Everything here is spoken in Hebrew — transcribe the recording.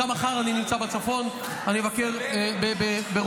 גם מחר אני נמצא בצפון,